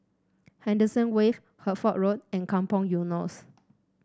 Henderson Wave Hertford Road and Kampong Eunos